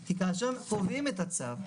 כי כאשר קובעים את הצו,